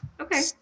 Okay